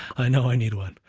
i know i need one.